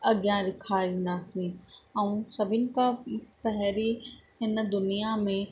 अॻियां ॾेखारींदासीं ऐं सभिनी खां पहिरीं हिन दुनिया में